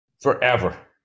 Forever